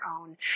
own